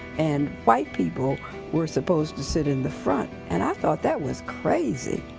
and white people were supposed to sit in the front, and i thought that was crazy.